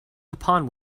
upon